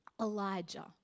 Elijah